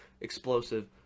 explosive